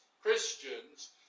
Christians